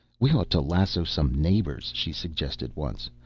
we ought to lasso some neighbors, she suggested once.